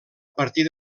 partir